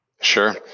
Sure